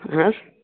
اَہَن حظ